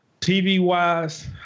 TV-wise